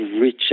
rich